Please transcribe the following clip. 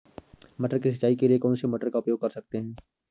मटर की सिंचाई के लिए कौन सी मोटर का उपयोग कर सकते हैं?